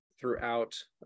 throughout